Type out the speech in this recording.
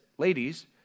Ladies